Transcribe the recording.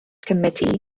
committee